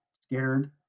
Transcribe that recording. scared